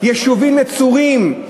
יישובים נצורים.